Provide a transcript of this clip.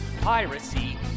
piracy